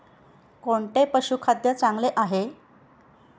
कोणते पशुखाद्य चांगले आहे?